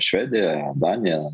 švedija danija